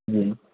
جی